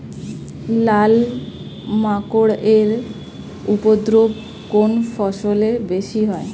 লাল মাকড় এর উপদ্রব কোন ফসলে বেশি হয়?